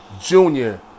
junior